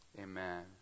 amen